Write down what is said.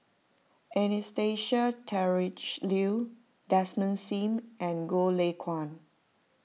Anastasia Tjendri Liew Desmond Sim and Goh Lay Kuan